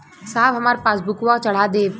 साहब हमार पासबुकवा चढ़ा देब?